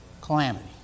Calamity